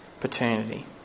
paternity